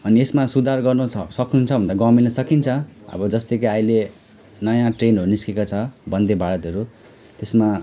हामी यसमा सुधार गर्नु छ सकिन्छ भने त गर्नु सकिन्छ अब जस्तै कि अहिले नयाँ ट्रेनहरू निस्केको छ बन्दे भारतहरू त्यसमा